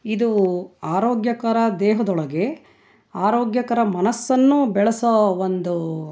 ಇದು ಆರೋಗ್ಯಕರ ದೇಹದೊಳಗೆ ಆರೋಗ್ಯಕರ ಮನಸ್ಸನ್ನು ಬೆಳೆಸೋ ಒಂದು